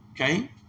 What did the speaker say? Okay